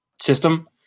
system